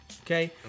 okay